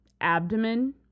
abdomen